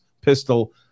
pistol